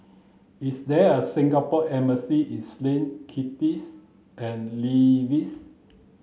is there a Singapore embassy is Lin Kitts and Nevis